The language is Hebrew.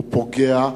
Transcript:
הוא פוגע,